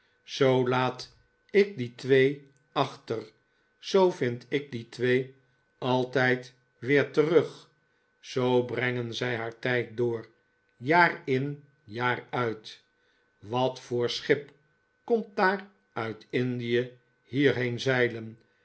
zoo laat ik die twee achter zoo vind ik die twee altijd weer terug zoo brengen zij haar tijd door jaar in jaar uit wat voqr schip komt daar uit indie hierheen zeilen